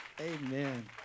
Amen